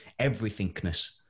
everythingness